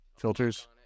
Filters